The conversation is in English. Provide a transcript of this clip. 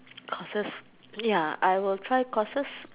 courses ya I will try courses